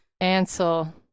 Ansel